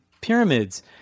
pyramids